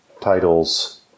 titles